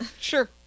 Sure